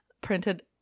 printed